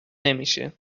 نمیشه